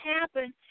happen